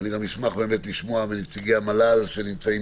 אני אשמח לשמוע מנציגי המל"ל שנמצאים